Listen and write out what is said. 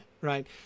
right